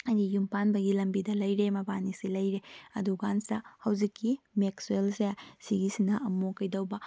ꯍꯥꯏꯕꯗꯤ ꯌꯨꯝ ꯄꯥꯟꯕꯒꯤ ꯂꯝꯕꯤꯗ ꯂꯩꯔꯦ ꯃꯕꯥꯅꯤꯁꯤ ꯂꯩꯔꯦ ꯑꯗꯨ ꯀꯥꯟꯁꯤꯗ ꯍꯧꯖꯤꯛꯀꯤ ꯃꯦꯛꯁꯋꯦꯜꯁꯦ ꯁꯤꯒꯤꯁꯤꯅ ꯑꯃꯨꯛ ꯀꯩꯗꯧꯕ